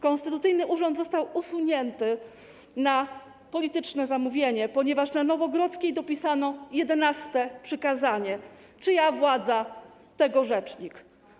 Konstytucyjny urząd został usunięty na polityczne zamówienie, ponieważ na ul. Nowogrodzkiej dopisano jedenaste przykazanie: czyja władza, tego rzecznik.